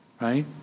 right